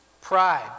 Pride